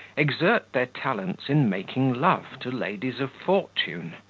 exert their talents in making love to ladies of fortune,